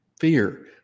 fear